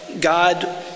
God